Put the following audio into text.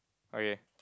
okay